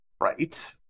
right